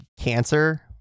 cancer